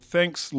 Thanks